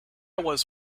was